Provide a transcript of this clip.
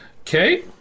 Okay